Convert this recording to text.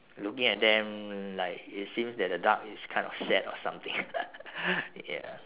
looking at them like it seems that the duck is kind of sad or something ya